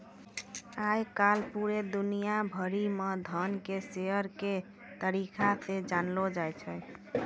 आय काल पूरे दुनिया भरि म धन के शेयर के तरीका से जानलौ जाय छै